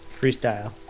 Freestyle